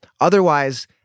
Otherwise